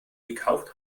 gekauft